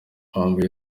bambaye